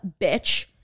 bitch